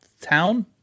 town